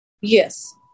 Yes